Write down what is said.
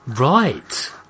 Right